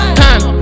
time